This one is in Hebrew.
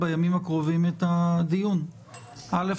לגבי איו"ש